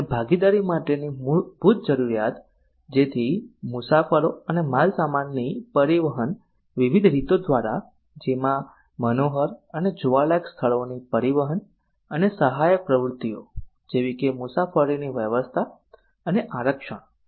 અને ભાગીદારી માટેની મૂળભૂત જરૂરિયાત જેથી મુસાફરો અને માલસામાનની પરિવહન વિવિધ રીતો દ્વારા જેમાં મનોહર અને જોવાલાયક સ્થળોની પરિવહન અને સહાયક પ્રવૃત્તિઓ જેવી કે મુસાફરીની વ્યવસ્થા અને આરક્ષણ વગેરે છે